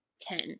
ten